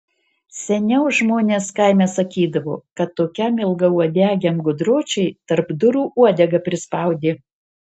seniau žmonės kaime sakydavo kad tokiam ilgauodegiam gudročiui tarp durų uodegą prispaudė